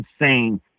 insane